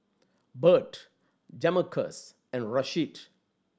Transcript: Bert Jamarcus and Rasheed